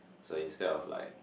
so instead of like